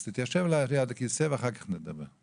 אז תתיישב ליד הכיסא ואחר כך תספר.